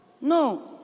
No